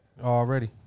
already